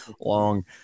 long